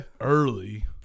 Early